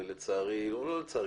ולצערי לא לצערי,